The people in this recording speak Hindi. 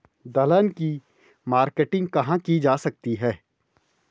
दलहन की मार्केटिंग कहाँ की जा सकती है?